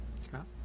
Scott